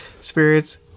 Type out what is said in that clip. spirits